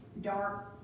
dark